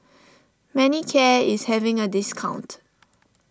Manicare is having a discount